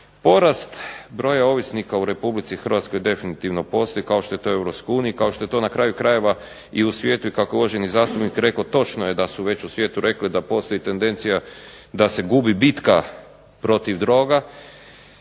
Porast broja ovisnika u Republici Hrvatskoj definitivno postoji, kao što je to u Europskoj uniji, kao što je to na kraju krajeva i u svijetu i kako je uvaženi zastupnik rekao točno je da su već u svijetu rekli da postoji tendencija da se gubi bitka protiv droga.